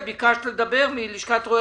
בבקשה, מלשכת רואי